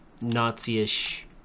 Nazi-ish